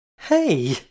Hey